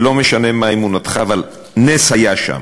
שלא משנה מה אמונתך, אבל נס היה שם.